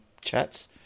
chats